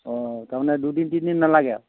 অঁ তাৰমানে দুদিন তিনিদিন নালাগে আৰু